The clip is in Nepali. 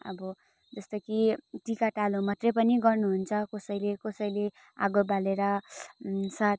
अब जस्तो कि टिकाटालो मात्रै पनि गर्नुहुन्छ कसैले कसैले आगो बालेर सात